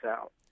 out